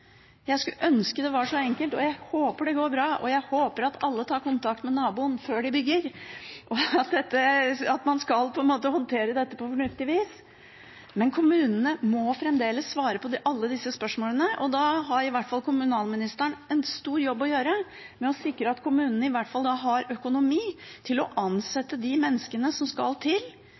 jeg tror at man dessverre får flere konflikter. Jeg skulle ønske det var så enkelt, og jeg håper det går bra. Jeg håper at alle tar kontakt med naboen før de bygger, og at man håndterer dette på fornuftig vis. Men kommunene må fremdeles svare på alle disse spørsmålene. Da har i hvert fall kommunalministeren en stor jobb å gjøre med å sikre at kommunene har økonomi til å ansette de menneskene som skal til